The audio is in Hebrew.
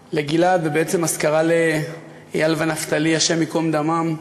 לגיל-עד, ובעצם אזכרה לאיל ונפתלי, השם ייקום דמם,